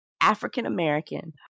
African-American